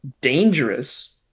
dangerous